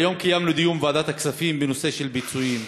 היום קיימנו דיון בוועדת הכספים בנושא פיצויים,